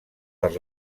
per